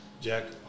Jack